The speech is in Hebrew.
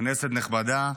כנסת נכבדה.